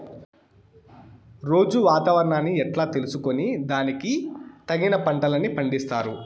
రోజూ వాతావరణాన్ని ఎట్లా తెలుసుకొని దానికి తగిన పంటలని పండిస్తారు?